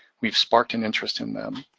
we've sparked an interest in them.